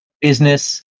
Business